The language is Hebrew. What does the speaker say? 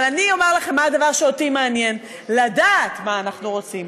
אבל אני אומר לכם מה הדבר שאותי מעניין: לדעת מה אנחנו רוצים.